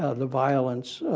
ah the violence,